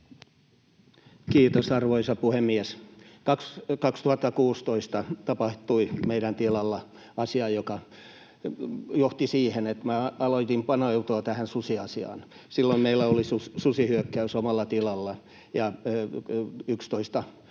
Kiitos, arvoisa puhemies! 2016 tapahtui meidän tilalla asia, joka johti siihen, että minä aloin paneutumaan tähän susiasiaan. Silloin meillä oli susihyökkäys omalla tilalla ja 11